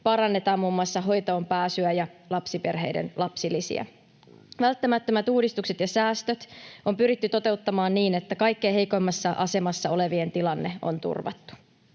parannetaan muun muassa hoitoonpääsyä ja lapsiperheiden lapsilisiä. Välttämättömät uudistukset ja säästöt on pyritty toteuttamaan niin, että kaikkein heikoimmassa asemassa olevien tilanne on turvattu.